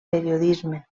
periodisme